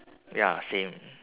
ya same